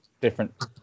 different